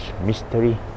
mystery